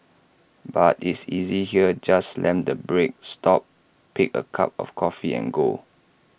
but is easy here just slam the brake stop pick A cup of coffee and go